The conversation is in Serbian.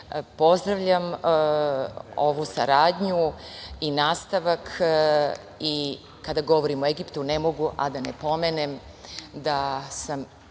Pozdravljam ovu saradnju i nastavak. I kada govorim o Egiptu, ne mogu a da ne pomenem da sam